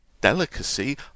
Delicacy